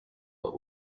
but